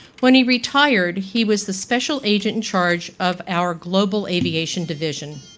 when he retired, he was the special agent in charge of our global aviation commission.